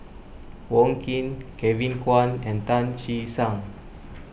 Wong Keen Kevin Kwan and Tan Che Sang